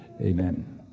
Amen